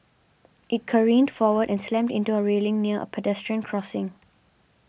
it careened forward and slammed into a railing near a pedestrian crossing